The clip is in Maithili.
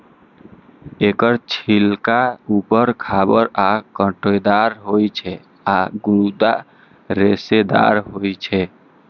एकर छिलका उबर खाबड़ आ कांटेदार होइ छै आ गूदा रेशेदार होइ छै